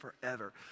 forever